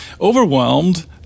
overwhelmed